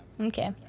Okay